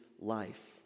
life